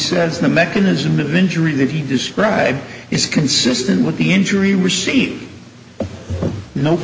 says the mechanism of injury that he described is consistent with the injury received no